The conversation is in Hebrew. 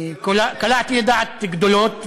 קלעתי לדעת גדולות וגדולים.